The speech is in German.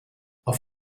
auf